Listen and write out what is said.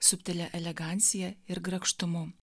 subtilia elegancija ir grakštumu